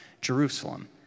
Jerusalem